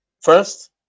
First